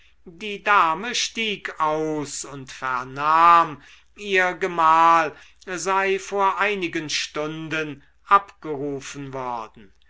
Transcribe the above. die dame stieg aus und vernahm ihr gemahl sei vor einigen stunden abgerufen worden